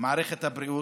מערכת הבריאות.